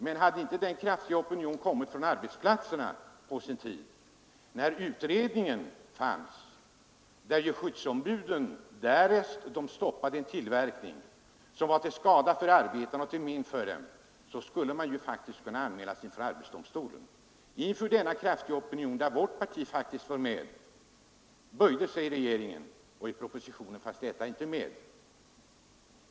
Men det var en kraftig opinion från arbetsplatserna på sin tid. Enligt utredningens förslag skulle ju skyddsombuden, därest de stoppade en tillverkning som var till skada för arbetarna, faktiskt kunna anmälas hos arbetsdomstolen. Inför denna kraftiga opinion, där vårt parti deltog, böjde sig regeringen, och i propositionen fanns detta inte med.